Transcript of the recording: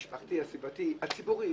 המשפחתי, הסיבתי, הציבורי.